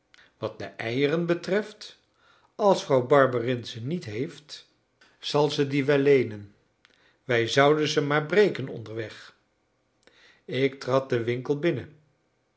wat de eieren betreft als vrouw barberin ze niet heeft zal ze die wel leenen wij zouden ze maar breken onderweg ik trad den winkel binnen